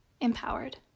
empowered